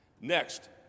Next